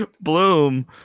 bloom